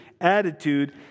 attitude